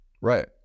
Right